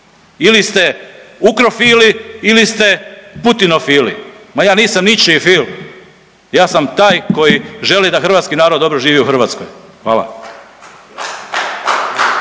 Ili ste ukrofili ili ste Putinofili. Ma ja nisam ničiji fil. Ja sam taj koji želi da hrvatski narod dobro živi u Hrvatskoj. Hvala.